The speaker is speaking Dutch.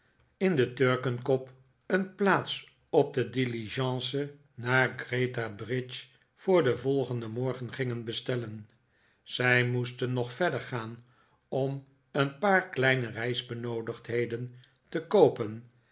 in de turkenkop een plaats op de diligence naar greta bridge voor den volgenden morgen gingen bestellen zij moesten nog verder gaan om een paar kleine reisbenoodigdheden te koopen